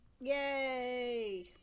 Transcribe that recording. Yay